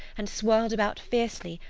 and swirled about fiercely,